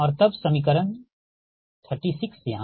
तब समीकरण 36 यहाँ है